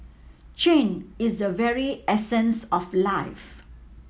change is a very essence of life